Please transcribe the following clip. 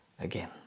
again